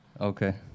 Okay